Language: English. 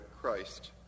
Christ